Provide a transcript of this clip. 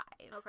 Okay